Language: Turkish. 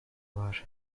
var